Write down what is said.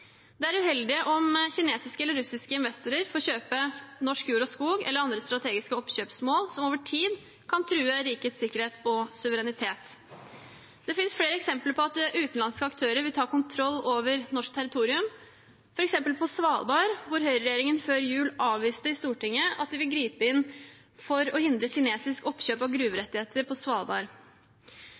Det er uheldig om kinesiske eller russiske investorer får kjøpe norsk jord og skog eller andre strategiske oppkjøpsmål, som over tid kan true rikets sikkerhet og suverenitet. Det finnes flere eksempler på at utenlandske aktører vil ta kontroll over norsk territorium, f.eks. på Svalbard, hvor høyreregjeringen før jul avviste i Stortinget at de vil gripe inn for å hindre kinesisk oppkjøp av gruverettigheter.